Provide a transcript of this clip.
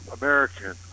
American